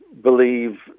believe